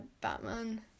Batman